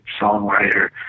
songwriter